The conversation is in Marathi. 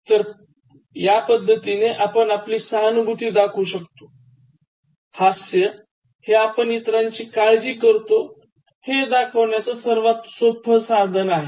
तर पद्धतीने आपण आपली सहानुभूती दाखवू शकतो हास्य हे आपण इतरांची काळजी करतो हे दाखवण्याचं साधन आहे